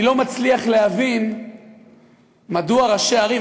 אני לא מצליח להבין מדוע ראשי ערים,